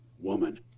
woman